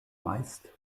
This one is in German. meist